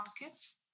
markets